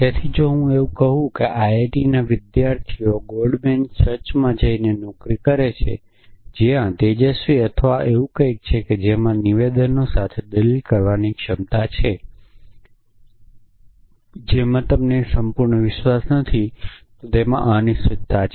તેથી જો હું કહું છું કે આઈઆઈટીના વિદ્યાર્થીઓ ગોલ્ડ મેન સચમાં જઇને નોકરી લે છે જ્યાં તેજસ્વી અથવા કંઈક એવું છે કે જેમાં નિવેદનો સાથે દલીલ કરવાની ક્ષમતા છે જેમાં તમને સંપૂર્ણ વિશ્વાસ નથી તો તેમાં અનિશ્ચિતતા છે